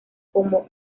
como